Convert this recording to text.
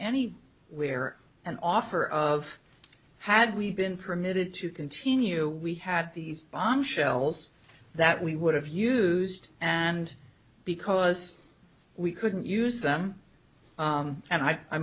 any where an offer of had we been permitted to continue we had these bombshells that we would have used and because we couldn't use them and i